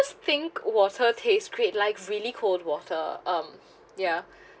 think water taste create like really cold water um ya